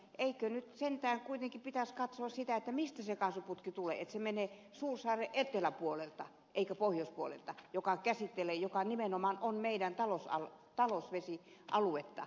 eikö sentään kuitenkin pitäisi katsoa mistä se kaasuputki tulee jotta se menee suursaaren eteläpuolelta eikä pohjoispuolelta se on käsitteillä pohjoispuoli nimenomaan on meidän talous ja vesivesialuettamme